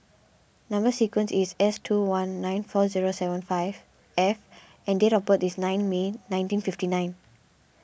Number Sequence is S two one nine four zero seven five F and date of birth is nine May nineteen fifty nine